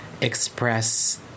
Express